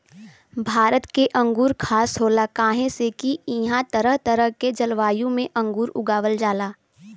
भारत के अंगूर खास होला काहे से की इहां तरह तरह के जलवायु में अंगूर उगावल जाला